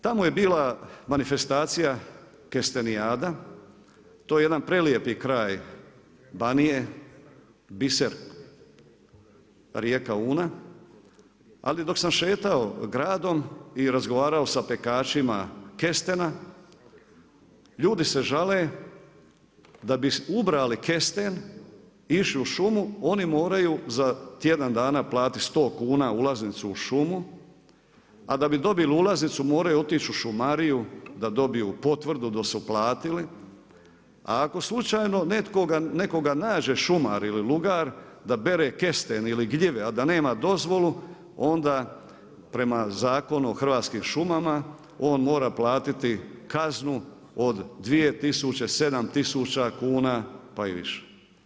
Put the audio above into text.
Tamo je bila manifestacija, kestenijada, to je jedan prelijepi kraj Banije, biser rijeka Una ali dok sam šetao gradom i razgovarao sa pekačima kestena, ljudi se žale da bi ubrali kesten, išli u šumu, oni moraju za tjedan dana platiti 100 kuna ulaznicu u šumu, a da bi dobili ulaznicu moraju otići u šumariju da dobiju potvrdu da su platili, a ako slučajno nekoga nađe šumar ili lugar da bere kesten ili gljive a da nema dozvolu, onda prema Zakonu o hrvatskim šumama, on mora platiti kaznu od 2 tisuće, 7 tisuća kuna pa i više.